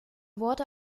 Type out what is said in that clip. wurde